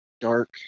dark